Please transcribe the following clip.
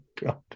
God